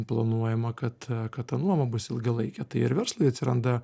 planuojama kad kad ta nuoma bus ilgalaikė tai ir verslui atsiranda